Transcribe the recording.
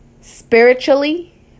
spiritually